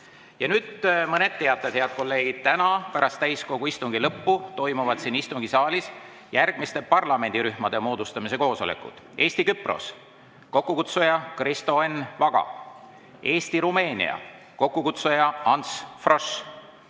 Nüüd mõned teated, head kolleegid. Täna pärast täiskogu istungi lõppu toimuvad siin istungisaalis järgmiste parlamendirühmade moodustamise koosolekud: Eesti-Küpros, kokkukutsuja Kristo Enn Vaga; Eesti-Rumeenia, kokkukutsujaAnts Frosch;